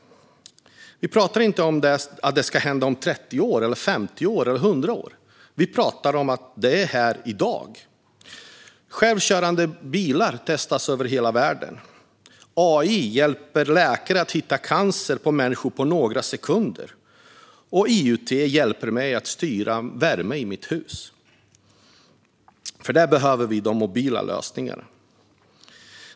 Vi pratar inte om att det ska ske om 30, 50 eller 100 år, utan vi pratar om här och i dag. Självkörande bilar testas över hela världen, AI hjälper läkare att hitta cancer hos människor på några sekunder och IOT hjälper mig att styra värmen i mitt hus. Där behöver vi de mobila lösningarna.